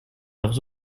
leurs